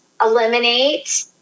eliminate